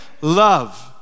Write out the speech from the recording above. love